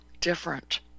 different